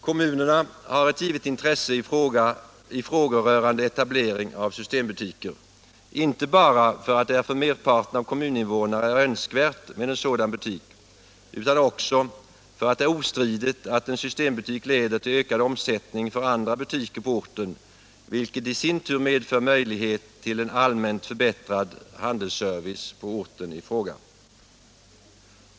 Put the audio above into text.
Kommunerna har ett givet intresse i frågor rörande etablering av sys tembutiker, inte bara för att det för merparten av kommuninvånarna är önskvärt med en sådan butik, utan också för att det är ostridigt att en systembutik leder till ökad omsättning för andra butiker på orten, vilket i sin tur medför möjlighet till allmänt förbättrad handelsservice på orten i fråga.